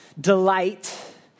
delight